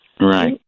Right